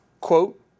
quote